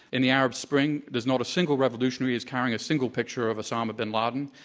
in the arab spring, there's not a single revolutionary who's carrying a single picture of osama bin laden.